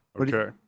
Okay